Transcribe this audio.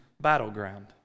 battleground